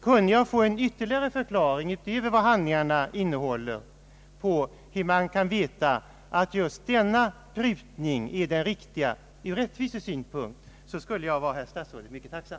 Kunde jag få en ytterligare förklaring, utöver vad handlingarna innehåller, på hur man kan veta att just denna procent är den riktiga från rättvisesynpunkt, skulle jag vara herr statsrådet mycket tacksam.